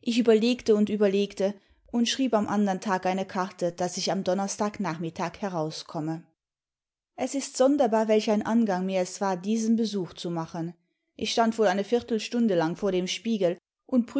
ich überlegte und überlegte und schrieb am andern tag eine karte daß ich am donnerstag nachmittag herauskomme es ist sonderbar welch ein angang nur es war diesen besuch zu machen ich stand wohl eine viertelstunde lang vor dem spiegel imd